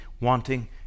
wanting